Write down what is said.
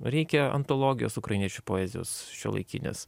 reikia antologijos ukrainiečių poezijos šiuolaikinės